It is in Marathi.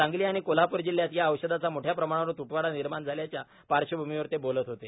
सांगली आणि कोल्हापूर जिल्ह्यात या औषधाचा मोठ्या प्रमाणावर त्टवडा निर्माण झाल्याच्या पार्श्वभूमीवर ते बोलत होते